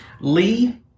Lee